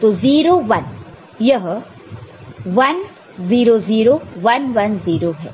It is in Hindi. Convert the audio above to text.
तो 0 1 यह 1 0 0 1 1 0 है